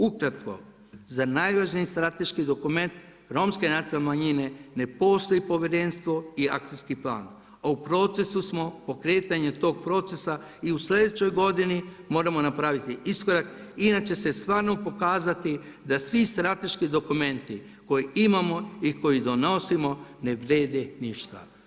Ukratko, za najvažniji strateški dokument romski nacionalne manjine ne postoji povjerenstvo i akcijski plan, a u procesu smo pokretanja tog procesa i u sljedećoj godini moramo napraviti iskorak inače će se stvarno pokazati da svi strateški dokumenti koje imamo i koje donosimo ne vrijede ništa.